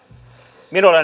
minulle